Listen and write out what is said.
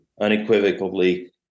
unequivocally